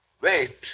Wait